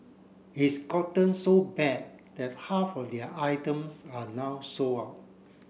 it's gotten so bad that half of their items are now sold out